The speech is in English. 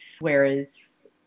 whereas